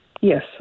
Yes